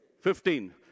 Fifteen